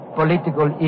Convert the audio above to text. political